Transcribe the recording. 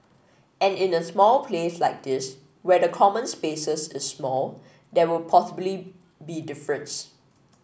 and in a small place like this where the common spaces is small there will possibly be difference